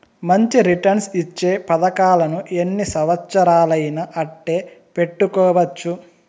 మంచి రిటర్న్స్ ఇచ్చే పతకాలను ఎన్ని సంవచ్చరాలయినా అట్టే పెట్టుకోవచ్చు